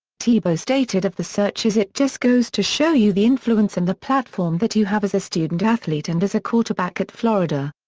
tebow stated of the searches it just goes to show you the influence and the platform that you have as a student-athlete and as a quarterback at florida.